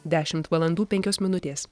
dešimt valandų penkios minutės